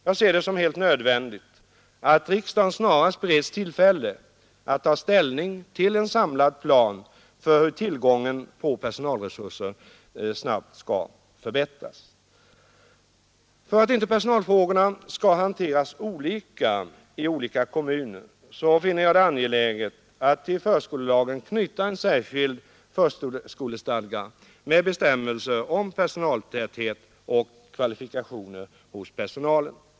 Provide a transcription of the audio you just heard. Jag ser det som helt nödvändigt att riksdagen snarast bereds tillfälle att ta ställning till en samlad plan för hur tillgången på personalresurser snabbt skall förbättras. För att inte personalfrågorna skall hanteras olika i olika kommuner finner jag det angeläget att till förskolelagen knyta en särskild förskolestadga med bestämmelser om personaltäthet och kvalifikationer hos personalen.